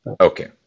Okay